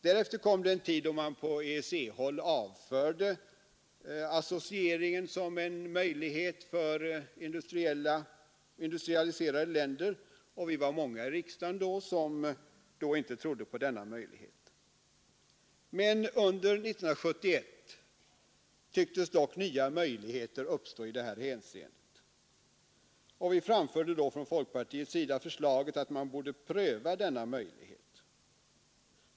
Därefter kom en tid då man på EEC-håll avförde associeringen som en möjlig anslutningsform för industrialiserade länder, och vi var många i riksdagen som då inte trodde på denna möjlighet. Under år 1971 tycktes dock nya möjligheter uppstå i detta hänseende. Vi framförde då från folkpartiets sida förslaget att man skulle pröva denna möjlighet.